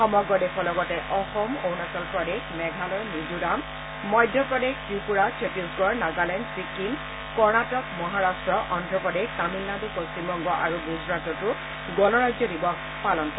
সমগ্ৰ দেশৰ লগতে অসম অৰুণাচল প্ৰদেশ মেঘালয় মিজোৰাম মধ্যপ্ৰদেশ ৱিপুৰা চত্তিশগড় নাগালেণ্ড চিক্নিম কৰ্ণাটক মহাৰাট্ট অদ্ৰপ্ৰদেশ তামিলনাডু পশ্চিমবংগ আৰু গুজৰাটতো গণৰাজ্য দিৱস পালন কৰে